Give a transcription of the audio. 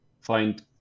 find